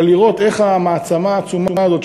אלא לראות איך המעצמה העצומה הזאת,